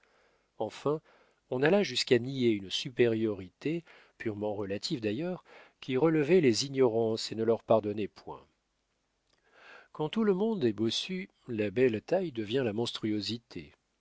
enfin on alla jusqu'à nier une supériorité purement relative d'ailleurs qui relevait les ignorances et ne leur pardonnait point quand tout le monde est bossu la belle taille devient la monstruosité